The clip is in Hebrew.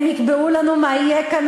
הם יקבעו לנו מה יהיה כאן,